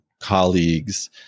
colleagues